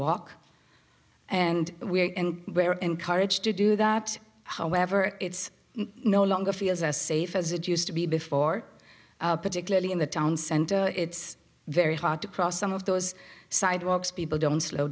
walk and where and where encouraged to do that however it's no longer feels as safe as it used to be before particularly in the towns and it's very hard to cross some of those sidewalks people don't slow